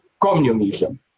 communism